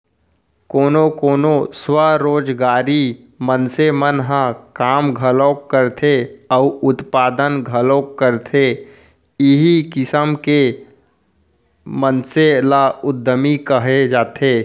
कोनो कोनो स्वरोजगारी मनसे मन ह काम घलोक करथे अउ उत्पादन घलोक करथे इहीं किसम के मनसे ल उद्यमी कहे जाथे